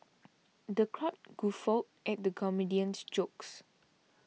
the crowd guffawed at the comedian's jokes